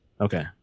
Okay